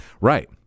Right